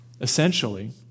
essentially